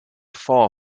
far